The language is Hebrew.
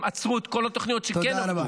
הם עצרו את כל התוכניות שכן עבדו.